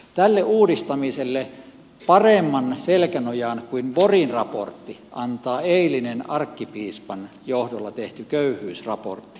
tälle uudistamiselle paremman selkänojan kuin borgin raportti antaa eilinen arkkipiispan johdolla tehty köyhyysraportti